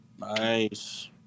Nice